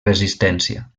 resistència